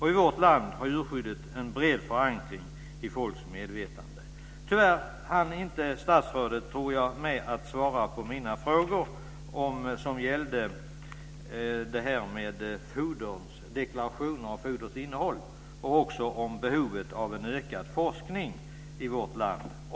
I vårt land har djurskyddet en bred förankring i folks medvetande. Tyvärr hann inte statsrådet med att svara på mina frågor som gällde deklaration av foderinnehåll och behovet av ökad forskning i vårt land.